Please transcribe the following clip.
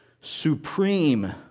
supreme